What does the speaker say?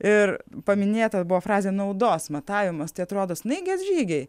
ir paminėta buvo frazė naudos matavimas tai atrodo snaigės žygiai